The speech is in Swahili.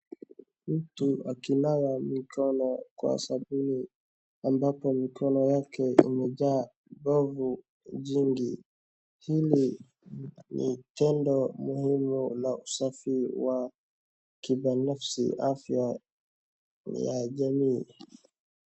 Mtu akinawa mikono kwa sabuni ambapo mikono yake imejaa povu jingi, hili ni tendo muhimu la usafi wa kibinafsi, afya ya jamii.